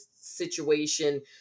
situation